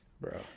bro